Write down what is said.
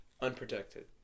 Unprotected